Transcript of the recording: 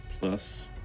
Plus